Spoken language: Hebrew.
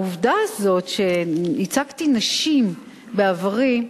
שהעובדה הזאת שייצגתי נשים בעברי,